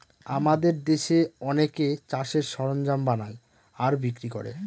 আমাদের দেশে অনেকে চাষের সরঞ্জাম বানায় আর বিক্রি করে